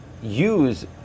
Use